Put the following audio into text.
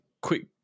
quick